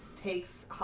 takes